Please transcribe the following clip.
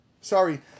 sorry